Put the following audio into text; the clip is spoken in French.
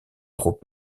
trop